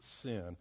sin